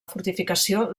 fortificació